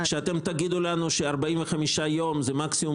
שאתם תגידו לנו ש-45 יום זה מקסימום